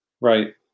right